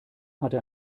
hatte